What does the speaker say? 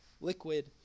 liquid